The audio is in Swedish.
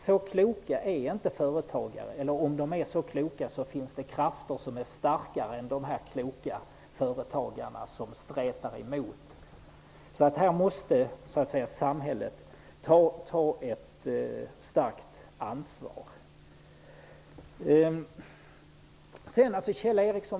Så kloka är inte företagare. Om de är så kloka finns det krafter som är starkare än dessa kloka företagare som stretar emot. Här måste samhället ta ett starkt ansvar.